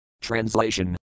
Translation